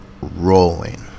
rolling